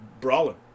brawling